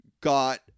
got